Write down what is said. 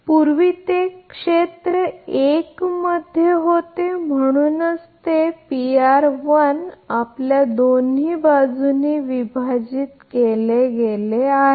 पूर्वी ते क्षेत्र 1 मध्ये होते म्हणूनच ते आपल्या दोन्ही बाजूंनी विभाजित केले गेले आहे